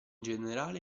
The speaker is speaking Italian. generale